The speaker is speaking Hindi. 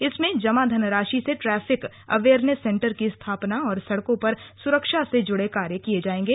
इसमें जमा धनराशि से ट्रैफ्रिक अवेयनेस सेन्टर की स्थापना और सड़कों पर सुरक्षा से जुड़े कार्य किये जाएंगे